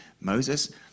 Moses